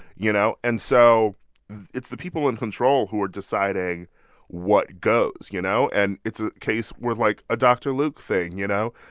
you know? and so it's the people in control who are deciding what goes, you know? and it's a case where like, a dr. luke thing, you know,